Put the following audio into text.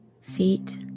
feet